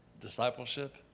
discipleship